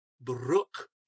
Brook